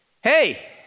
hey